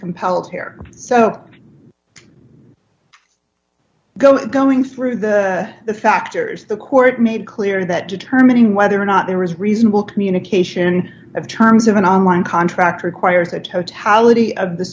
compelled here so go going through the factors the court made clear that determining whether or not there is reasonable communication of terms of an online contract requires a